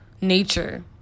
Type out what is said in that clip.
nature